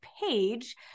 page